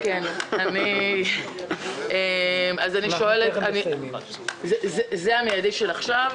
זה המיידי של עכשיו,